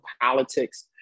politics